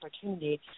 opportunity